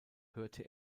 hörte